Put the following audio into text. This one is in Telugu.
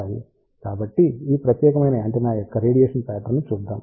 కాబట్టి ఈ ప్రత్యేకమైన యాంటెన్నా యొక్క రేడియేషన్ పాట్రన్ ని చూద్దాం